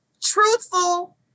truthful